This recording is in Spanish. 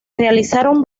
realizaron